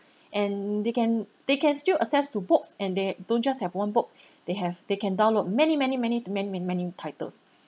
and they can they can still access to books and they don't just have one book they have they can download many many many to many many many titles